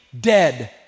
dead